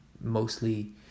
mostly